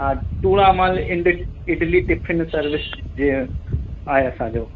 हा Tooramal Indus idli tiffin service जे आहे असांजो